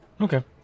Okay